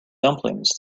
dumplings